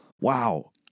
Wow